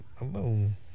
alone